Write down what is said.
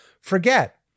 forget